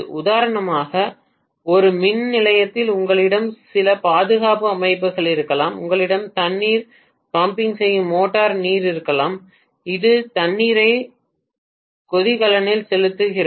உதாரணமாக ஒரு மின் நிலையத்தில் உங்களிடம் சில பாதுகாப்பு அமைப்புகள் இருக்கலாம் உங்களிடம் தண்ணீர் பம்பிங் செய்யும் மோட்டார் நீர் இருக்கலாம் இது தண்ணீரை கொதிகலனில் செலுத்துகிறது